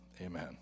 Amen